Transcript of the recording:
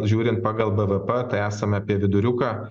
žiūrint pagal bvp tai esam apie viduriuką